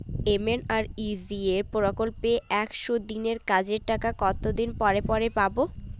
MNREGA প্রকল্পে একশ দিনের কাজের টাকা কতদিন পরে পরে পাব?